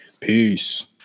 peace